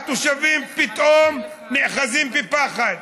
התושבים פתאום נאחזים פחד.